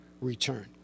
return